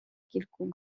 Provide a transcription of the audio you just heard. kilku